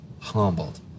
humbled